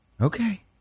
Okay